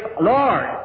Lord